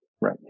Right